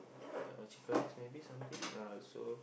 uh chicken rice maybe something uh so